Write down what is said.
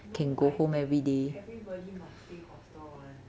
no I think everybody must stay hostel one